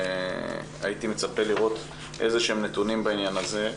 הייתי מצפה לראות נתונים בעניין הזה,